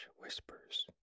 whispers